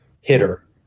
hitter